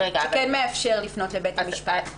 שכן מאפשר לפנות לבית המשפט.